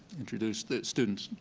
introduced that students,